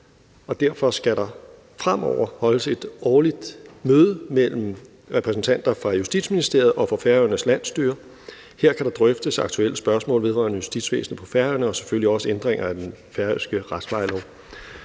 derfor skal der fremover holdes et årligt møde mellem repræsentanter fra Justitsministeriet og Færøernes landsstyre. Her kan der drøftes aktuelle spørgsmål vedrørende justitsvæsenet på Færøerne og selvfølgelig også ændringer af den færøske retsplejelov.